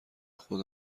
خود